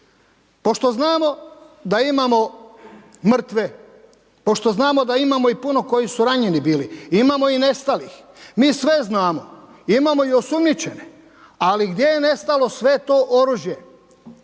pošto znamo da imamo mrtve, pošto znamo da imamo i puno koji su ranjeni bili. Imamo i nestalih. Mi sve znamo. Imamo i osumnjičene. Ali gdje je nestalo sve to oružje